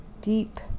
deep